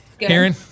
Aaron